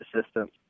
assistance